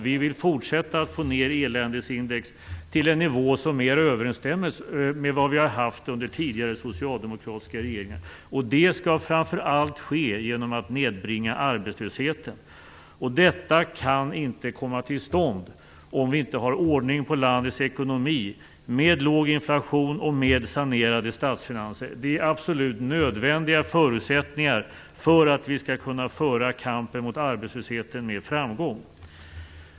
Vi vill fortsätta att få ned eländesindex till en nivå som är i överensstämmelse med vad vi har haft under tidigare socialdemokratiska regeringar. Det skall framför allt ske genom att nedbringa arbetslösheten, och detta kan inte komma till stånd om vi inte har ordning på landets ekonomi, med låg inflation och med sanerade statsfinanser. Det är absolut nödvändiga förutsättningar för att vi skall kunna föra kampen mot arbetslösheten med framgång.